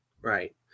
right